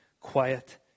Quiet